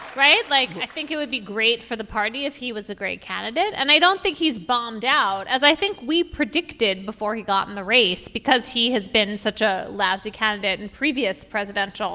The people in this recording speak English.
right. like i think it would be great for the party if he was a great candidate and i don't think he's bombed out as i think we predicted before he got in the race because he has been such a lousy candidate in previous presidential